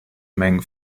mengen